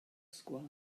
sgwâr